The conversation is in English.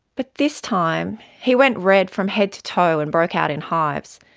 but this time he went red from head to toe and broke out in hives.